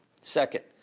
Second